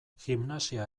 gimnasia